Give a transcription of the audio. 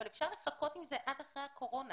אבל אפשר לחכות עם זה עד אחרי הקורונה